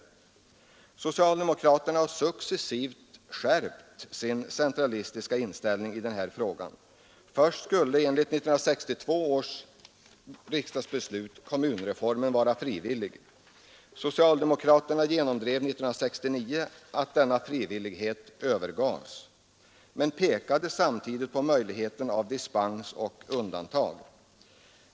Socialdemokraterna har successivt skärpt sin centralistiska inställning i den här frågan. Först var kommunreformen enligt 1962 års riksdagsbeslut frivillig. Socialdemokraterna genomdrev 1969 att denna frivillighet övergavs, men pekade samtidigt på möjligheten till dispens och undantag.